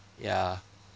ya